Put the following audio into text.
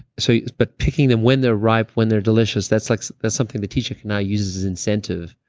so but picking them when they're ripe, when they're delicious that's like that's something the teacher can now use as incentive.